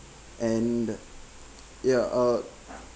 and ya uh